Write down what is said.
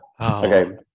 okay